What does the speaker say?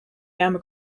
wärme